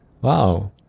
wow